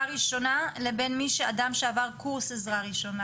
ראשונה לבין אדם שעבר קורס עזרה ראשונה,